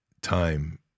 time